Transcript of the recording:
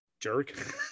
Jerk